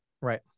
Right